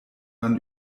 man